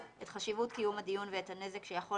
את חשיבות קיום הדיון ואת הנזק שיכול